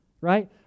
right